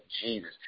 Jesus